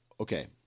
okay